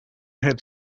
had